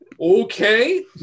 Okay